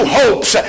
hopes